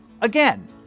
again